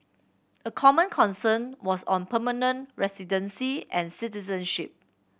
a common concern was on permanent residency and citizenship